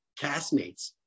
castmates